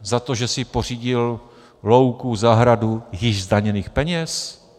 Za to, že si pořídil louku, zahradu z již zdaněných peněz?